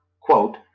quote